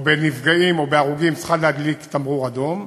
או בנפגעים, או בהרוגים, צריכה להדליק תמרור אדום,